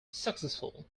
successful